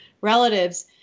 relatives